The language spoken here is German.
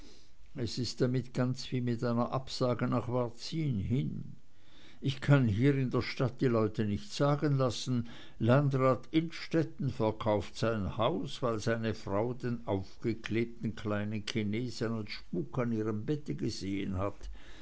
es ist damit ganz wie mit einer absage nach varzin hin ich kann hier in der stadt die leute nicht sagen lassen landrat innstetten verkauft sein haus weil seine frau den aufgeklebten kleinen chinesen als spuk an ihrem bett gesehen hat